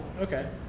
Okay